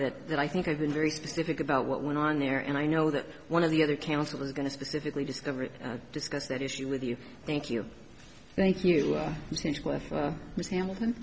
that i think i've been very specific about what went on there and i know that one of the other counsel is going to specifically discover it discuss that issue with you thank you thank you ms hamilton